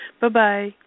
Bye-bye